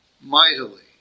mightily